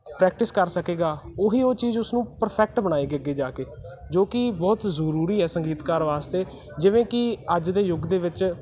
practice ਕਰ ਸਕੇਗਾ ਉਹੀ ਉਹ ਚੀਜ਼ ਉਸਨੂੰ ਪਰਫੈਕਟ ਬਣਾਏਗੀ ਅੱਗੇ ਜਾ ਕੇ ਜੋ ਕਿ ਬਹੁਤ ਜ਼ਰੂਰੀ ਹੈ ਸੰਗੀਤਕਾਰ ਵਾਸਤੇ ਜਿਵੇਂ ਕਿ ਅੱਜ ਦੇ ਯੁੱਗ ਦੇ ਵਿੱਚ